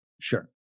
Sure